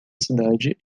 cidade